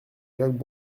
jacques